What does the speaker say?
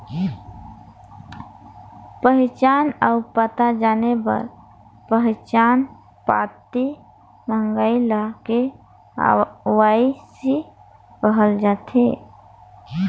पहिचान अउ पता जाने बर पहिचान पाती मंगई ल के.वाई.सी कहल जाथे